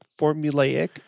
formulaic